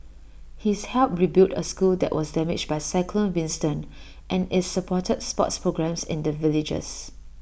he's helped rebuild A school that was damaged by cyclone Winston and is supported sports programmes in the villages